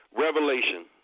revelation